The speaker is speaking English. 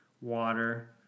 water